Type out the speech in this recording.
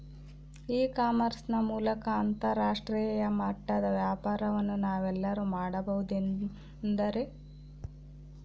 E commerce ನ ಮೂಲಕ ಅಂತರಾಷ್ಟ್ರೇಯ ಮಟ್ಟದ ವ್ಯಾಪಾರವನ್ನು ನಾವೆಲ್ಲರೂ ಮಾಡುವುದೆಂದರೆ?